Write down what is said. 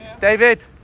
David